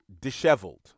disheveled